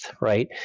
right